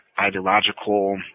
ideological